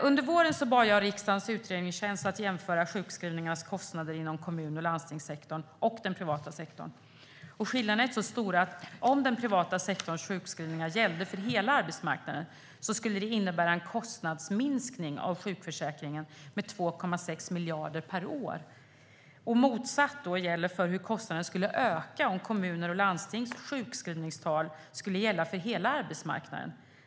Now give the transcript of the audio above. Under våren bad jag riksdagens utredningstjänst att jämföra sjukskrivningarnas kostnader inom kommun och landstingssektorn och kostnaderna i den privata sektorn. Skillnaderna är rätt så stora. Om den privata sektorns sjukskrivningar gällde för hela arbetsmarknaden skulle det innebära en kostnadsminskning av sjukförsäkringen med 2,6 miljarder per år. Det motsatta gäller för hur kostnaderna skulle öka om kommuners och landstings sjukskrivningstal skulle gälla för hela arbetsmarknaden.